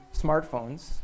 smartphones